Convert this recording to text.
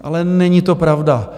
Ale není to pravda.